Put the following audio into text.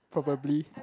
probably